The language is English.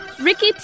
Ricky